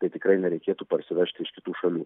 tai tikrai nereikėtų parsivežti iš kitų šalių